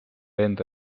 enda